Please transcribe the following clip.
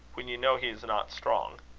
when you know he is not strong.